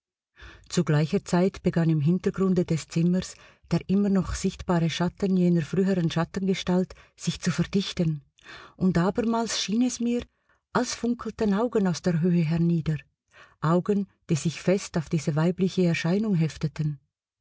zu gleicher zeit begann im hintergrunde des zimmers der immer noch sichtbare schatten jener früheren schattengestalt sich zu verdichten und abermals schien es mir als funkelten augen aus der höhe hernieder augen die sich fest auf diese weibliche erscheinung hefteten